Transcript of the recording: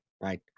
right